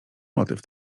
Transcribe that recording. motyw